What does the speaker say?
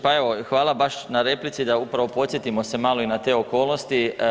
Pa evo, hvala baš na replici da upravo podsjetimo se malo i na te okolnosti.